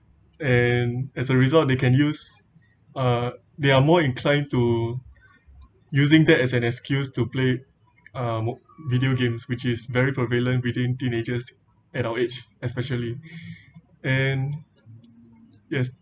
and as a result they can use uh they are more inclined to using that as an excuse to play um video games which is very prevalent between teenagers at our age especially and yes